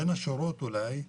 בין השורות אולי,